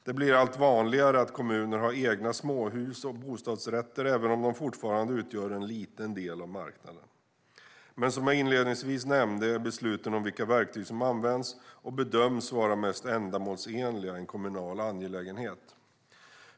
Det blir allt vanligare att kommuner har egna småhus och bostadsrätter, även om de fortfarande utgör en liten andel av marknaden. Men som jag inledningsvis nämnde är besluten om vilka verktyg som används och bedöms vara mest ändamålsenliga en kommunal angelägenhet.